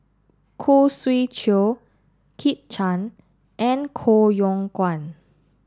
Khoo Swee Chiow Kit Chan and Koh Yong Guan